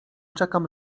czekam